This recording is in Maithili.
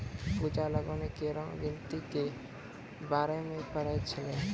पूजा लगान केरो गिनती के बारे मे पढ़ै छलै